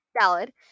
salad